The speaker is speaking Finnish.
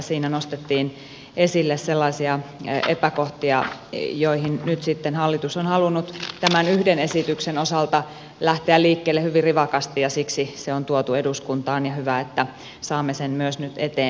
siinä nostettiin esille sellaisia epäkohtia joissa nyt hallitus on halunnut tämän yhden esityksen osalta lähteä liikkeelle hyvin rivakasti ja siksi se on tuotu eduskuntaan ja hyvä että saamme sen myös nyt eteenpäin